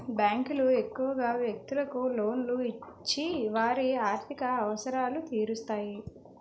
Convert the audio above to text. బ్యాంకులు ఎక్కువగా వ్యక్తులకు లోన్లు ఇచ్చి వారి ఆర్థిక అవసరాలు తీరుస్తాయి